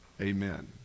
amen